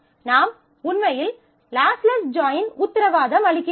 நாம் உண்மையில் lossless join உத்தரவாதம் அளிக்கிறோம்